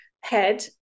head